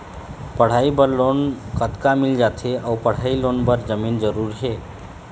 पढ़ई बर लोन कतका मिल जाथे अऊ पढ़ई लोन बर जमीन जरूरी हे?